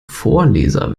vorleser